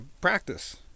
practice